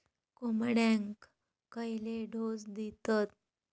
कोंबड्यांक खयले डोस दितत?